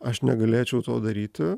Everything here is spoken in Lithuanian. aš negalėčiau to daryti